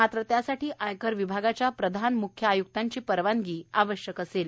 मात्र त्यासाठी आयकर विभागाच्या प्रधान म्ख्य आय्क्तांची परवानगी आवश्यक असेल